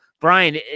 Brian